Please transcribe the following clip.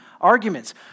arguments